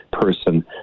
person